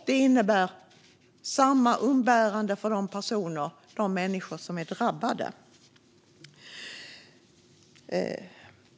Det innebär samma umbäranden för de människor som är drabbade.